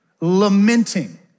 lamenting